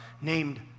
named